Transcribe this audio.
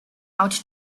out